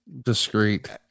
discreet